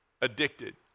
addicted